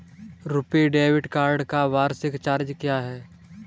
RuPay debit card का वार्षिक charge क्या है?